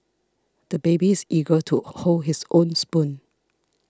the baby is eager to hold his own spoon